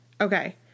Okay